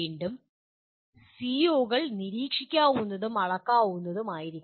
വീണ്ടും സിഒകൾ നിരീക്ഷിക്കാവുന്നതും അളക്കാവുന്നതുമായിരിക്കണം